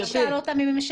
בואו נשאל אותם.